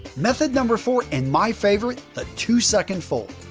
method number four and my favorite, the two-second fold.